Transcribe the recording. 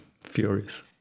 Furious